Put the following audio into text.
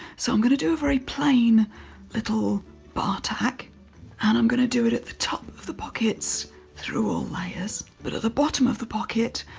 so i'm going to do a very plain little bar tack and i'm going to do it at the top of the pockets through all layers, but at the bottom of the pocket,